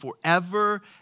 forever